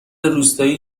روستایی